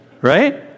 right